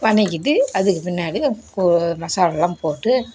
வதக்கிட்டு அதுக்கு பின்னாடி மசாலாலெல்லாம் போட்டு